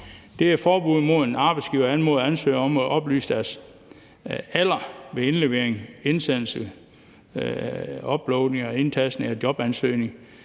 for, er forbuddet mod, at en arbejdsgiver anmoder ansøgeren om at oplyse sin alder ved indlevering, indsendelse, uploading eller indtastning af jobansøgningen.